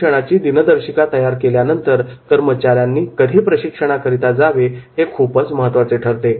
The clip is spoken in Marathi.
प्रशिक्षणाची दिनदर्शिका तयार केल्यानंतर कर्मचाऱ्यांनी कधी प्रशिक्षणाकरिता जावे हे खूप महत्त्वाचे ठरते